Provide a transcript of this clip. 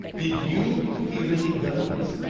did you hear any guns?